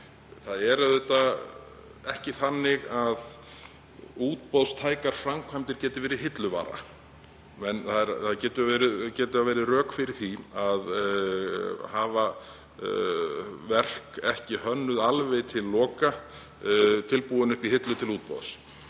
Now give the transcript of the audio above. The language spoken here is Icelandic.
Það er auðvitað ekki þannig að útboðstækar framkvæmdir geti verið hilluvara. Það geta verið rök fyrir því að hafa verk ekki hönnuð alveg til loka, tilbúin upp í hillu til útboðs.